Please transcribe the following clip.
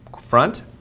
front